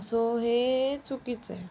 so हे चुकीचं आहे